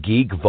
Geek